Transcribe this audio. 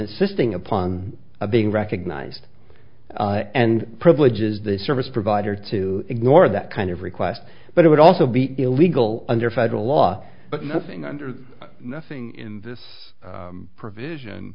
assisting upon a being recognized and privileges the service provider to ignore that kind of request but it would also be illegal under federal law but nothing under the nothing in this provision